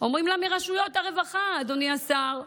אומרים לה מרשויות הרווחה, אדוני השר,